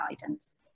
guidance